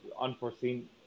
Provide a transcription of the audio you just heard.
unforeseen